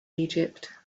egypt